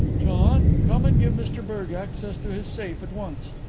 john, come and give mr berge access to his safe at once.